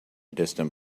distant